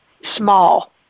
small